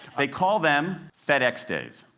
they call them fedex days.